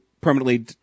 permanently